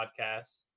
Podcasts